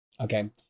Okay